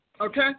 Okay